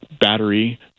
battery